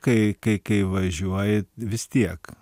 kai kai kai važiuoji vis tiek